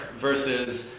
versus